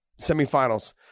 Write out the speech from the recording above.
semifinals